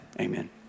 Amen